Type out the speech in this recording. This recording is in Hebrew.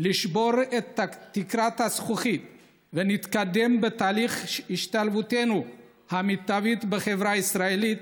לשבור את תקרת הזכוכית ונתקדם בתהליך השתלבותנו המיטבית בחברה הישראלית